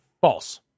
False